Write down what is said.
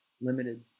limited